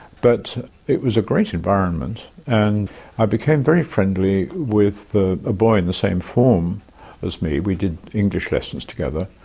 but it was a great environment. and i became very friendly with a boy in the same form as me, we did english lessons together,